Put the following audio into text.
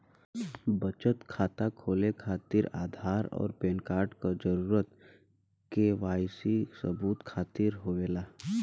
बचत खाता खोले खातिर आधार और पैनकार्ड क जरूरत के वाइ सी सबूत खातिर होवेला